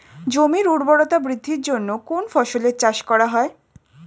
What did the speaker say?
জমির উর্বরতা বৃদ্ধির জন্য কোন ফসলের চাষ করা হয়?